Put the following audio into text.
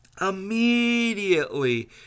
immediately